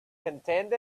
contained